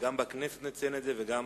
גם בכנסת נציין את זה, וגם